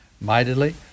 mightily